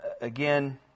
Again